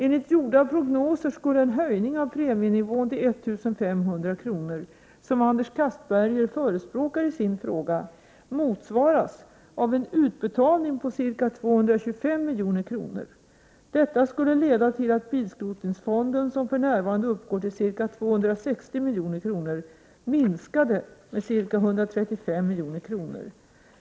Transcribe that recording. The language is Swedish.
Enligt gjorda prognoser skulle en höjning av premienivån till 1 500 kr., som Anders Castberger förespråkar i sin fråga, motsvaras av en utbetalning på ca 225 milj.kr. Detta skulle leda till att bilskrotningsfonden, som för närvarande uppgår till ca 260 milj.kr., minskade med ca 135 milj.kr.